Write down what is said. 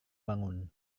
bangun